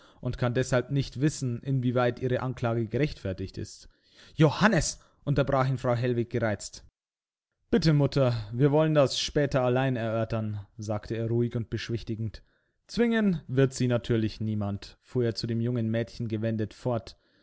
und kann deshalb nicht wissen inwieweit ihre anklage gerechtfertigt ist johannes unterbrach ihn frau hellwig gereizt bitte mutter wir wollen das später allein erörtern sagte er ruhig und beschwichtigend zwingen wird sie natürlich niemand fuhr er zu dem jungen mädchen gewendet fort